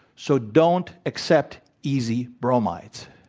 so, don't accept easy bromides.